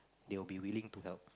they'll be willing to help